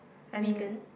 vegan